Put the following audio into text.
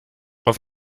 auf